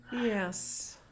Yes